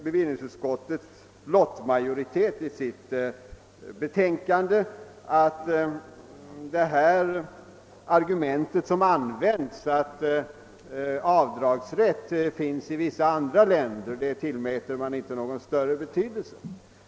Bevillningsutskottets lottmajoritet skriver i sitt betänkande att argumentet, att avdragsrätt för gåvor av det aktuella slaget finns i vissa andra länder, inte kan tillmätas någon större betydelse.